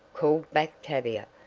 called back tavia,